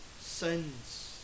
sins